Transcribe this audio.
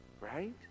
Right